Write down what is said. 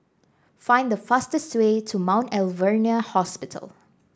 find the fastest way to Mount Alvernia Hospital